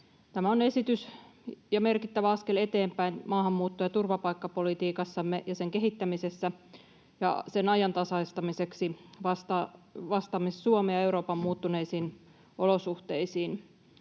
Tämä esitys on merkittävä askel eteenpäin maahanmuutto- ja turvapaikkapolitiikassamme ja sen kehittämisessä, ja sen ajantasaistamiseksi vastaamme Suomen ja Euroopan muuttuneisiin olosuhteisiin.